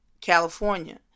California